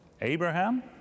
Abraham